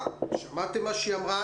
שמעתם מה שהיא אמרה.